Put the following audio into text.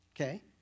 Okay